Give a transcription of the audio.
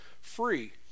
free